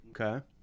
Okay